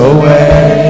away